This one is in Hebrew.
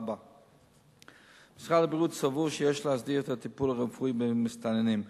4. משרד הבריאות סבור שיש להסדיר את הטיפול הרפואי במסתננים.